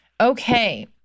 Okay